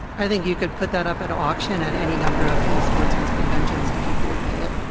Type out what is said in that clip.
i think you could put that up at auction at any number of the sportsmen's conventions and people would pay it.